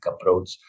approach